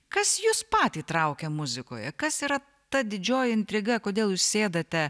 kas jus patį traukia muzikoje kas yra ta didžioji intriga kodėl jūs sėdate